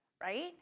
right